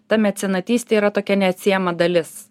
ta mecenatystė yra tokia neatsiejama dalis